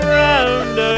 round